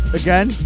again